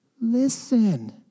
listen